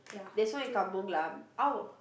there's one in Kampung Glam I'll